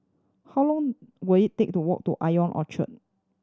how long will it take to walk to Ion Orchard